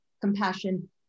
compassion